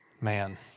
Man